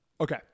Okay